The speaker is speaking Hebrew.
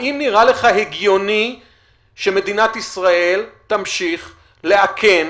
האם נראה לך הגיוני שמדינת ישראל תמשיך לאכן